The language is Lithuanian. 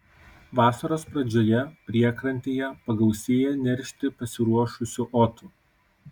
vasaros pradžioje priekrantėje pagausėja neršti pasiruošusių otų